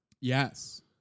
Yes